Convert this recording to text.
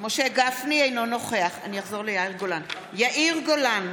בעד יאיר גולן,